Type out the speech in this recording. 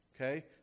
Okay